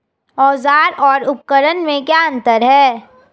औज़ार और उपकरण में क्या अंतर है?